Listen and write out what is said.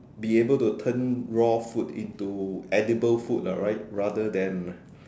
be able to turn raw food into edible food lah right rather than